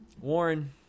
Warren